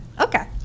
Okay